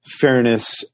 fairness